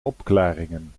opklaringen